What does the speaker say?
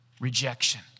rejection